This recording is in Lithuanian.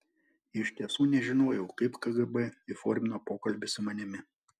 iš tiesų nežinojau kaip kgb įformino pokalbį su manimi